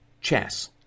chess